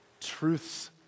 truths